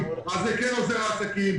אז זה כן עוזר לעסקים,